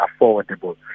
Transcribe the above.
affordable